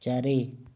ଚାରି